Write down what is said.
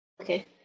Okay